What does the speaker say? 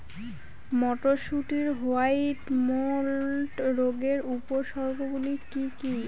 মটরশুটির white mould রোগের উপসর্গগুলি কী কী?